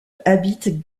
habite